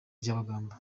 byabagamba